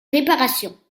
réparations